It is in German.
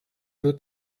nur